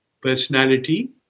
Personality